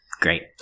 Great